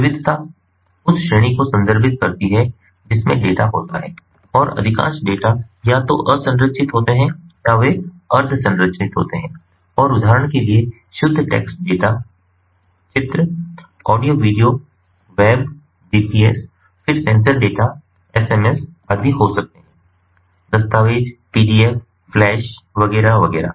विविधता उस श्रेणी को संदर्भित करती है जिसमें डेटा होता है और अधिकांश डेटा या तो असंरचित होते हैं या वे अर्ध संरचित होते हैं और उदाहरण के लिए शुद्ध टेक्स्ट डेटा चित्र ऑडियो वीडियो वेब जीपीएस फिर सेंसर डेटा एसएमएस आदि हो सकते हैं दस्तावेज़ पीडीएफ फ्लैश वगैरह वगैरह